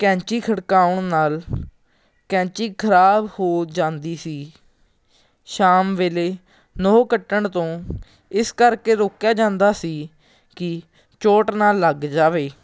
ਕੈਂਚੀ ਖੜਕਾਉਣ ਨਾਲ ਕੈਂਚੀ ਖਰਾਬ ਹੋ ਜਾਂਦੀ ਸੀ ਸ਼ਾਮ ਵੇਲੇ ਨਹੁੰ ਕੱਟਣ ਤੋਂ ਇਸ ਕਰਕੇ ਰੋਕਿਆ ਜਾਂਦਾ ਸੀ ਕਿ ਚੋਟ ਨਾ ਲੱਗ ਜਾਵੇ